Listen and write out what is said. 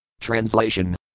Translation